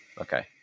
Okay